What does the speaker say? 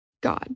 God